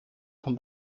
von